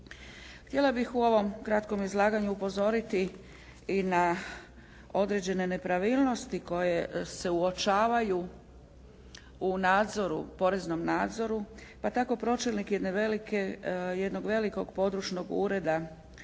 Htjela bih u ovom kratkom izlaganju upozoriti i na određene nepravilnosti koje se uočavaju u nadzoru, poreznom nadzoru. Pa tako pročelnik jedne velike, jednog